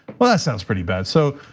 well that sounds pretty bad. so,